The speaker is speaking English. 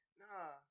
nah